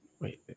Wait